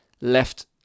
left